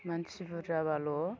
मानसि बुरजाबाल'